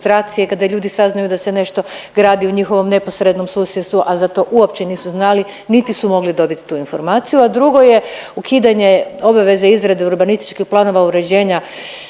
kada ljudi saznaju da se nešto gradi u njihovom neposrednom susjedstvu, a za to uopće nisu znali, niti su mogli dobiti tu informaciju. A drugo je ukidanje obaveze izrade urbanističkih planova uređenja